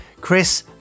Chris